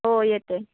हो येते